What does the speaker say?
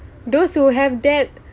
those who have that